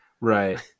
Right